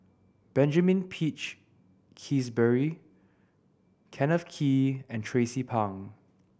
Benjamin Peach Keasberry Kenneth Kee and Tracie Pang